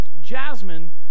Jasmine